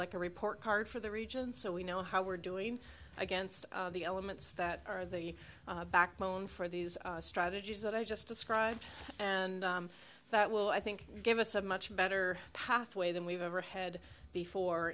t a report card for the region so we know how we're doing against the elements that are the backbone for these strategies that i just described and that will i think give us a much better pathway than we've ever had before